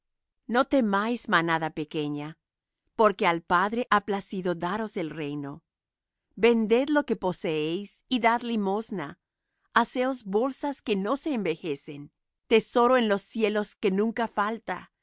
no temáis manada pequeña porque al padre ha placido daros el reino vended lo que poseéis y dad limosna haceos bolsas que no se envejecen tesoro en los cielos que nunca falta